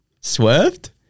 swerved